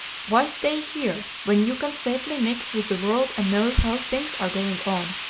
why stay here, when you can safely mix with the world and know how things are going on?